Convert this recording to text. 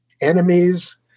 enemies